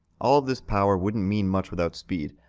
all of this power wouldn't mean much without speed,